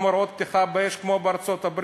הוראות פתיחה באש כמו בארצות-הברית.